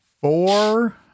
four